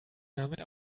damit